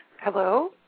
Hello